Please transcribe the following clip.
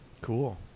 Cool